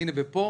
ופה